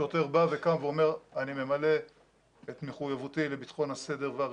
שוטר קם ואומר: אני ממלא את מחויבותי לבטחון הסדר והרכוש,